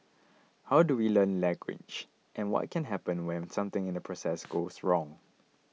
how do we learn language and what can happen when something in the process goes wrong